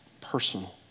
personal